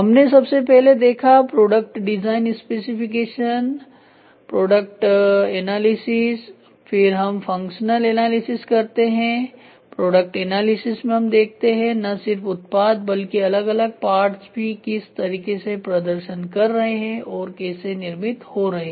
हमने सबसे पहले देखा प्रोडक्ट डिजाइन स्पेसिफिकेशन के प्रोडक्ट एनालिसिस फिर हम फंक्शनल एनालिसिस करते हैं प्रोडक्ट एनालिसिस में हम देखते हैं न सिर्फ उत्पाद बल्कि अलग अलग पार्टस भी किस तरीके से प्रदर्शन कर रहे हैं और कैसे निर्मित हो रहे हैं